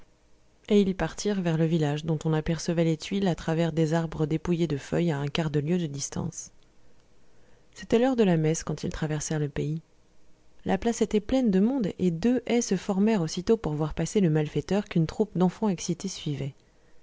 et ils partirent vers le village dont on apercevait les tuiles à travers des arbres dépouillés de feuilles à un quart de lieue de distance c'était l'heure de la messe quand ils traversèrent le pays la place était pleine de monde et deux haies se formèrent aussitôt pour voir passer le malfaiteur qu'une troupe d'enfants excités suivait